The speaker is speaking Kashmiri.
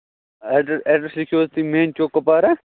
آ ایٚڈرَس ایٚڈرَس لیٖکھِو حظ تُہۍ میٛن چوک کُپوارا